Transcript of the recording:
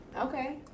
Okay